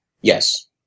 Yes